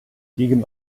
gegen